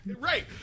right